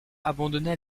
abandonna